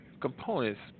components